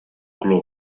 color